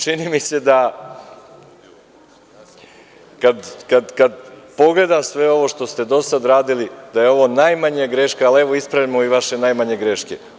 Čini mi se, kada pogledam sve ono što ste do sada radili, da je ovo najmanja greška, ali evo ispravljamo i vaše najmanje greške.